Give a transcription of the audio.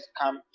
come